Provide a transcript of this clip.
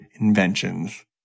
inventions